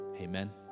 Amen